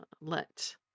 let